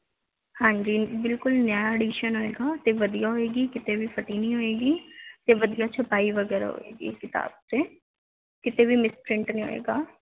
ਹਾਂਜੀ ਬਿਲਕੁਲ ਨਿਆ ਐਡੀਸ਼ਨ ਹੋਏਗਾ ਅਤੇ ਵਧੀਆ ਹੋਏਗੀ ਕਿਤੇ ਵੀ ਫਟੀ ਨਹੀਂ ਹੋਏਗੀ ਅਤੇ ਵਧੀਆ ਛਪਾਈ ਵਗੈਰਾ ਹੋਏਗੀ ਕਿਤਾਬ 'ਤੇ ਕਿਤੇ ਵੀ ਮਿਸਪ੍ਰਿੰਟ ਨਹੀਂ ਹੋਏਗਾ